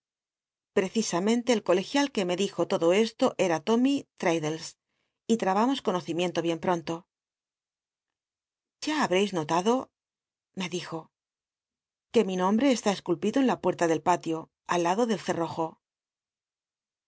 precisamente el colegial que me dijo todo eslo era rommy l'raddlcs y trabamos conocimiento bien pronto y a habreis notado me dijo que mi nombre está esculpido en la puerta del patio al lado del cerrojo